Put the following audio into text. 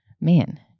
Man